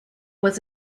was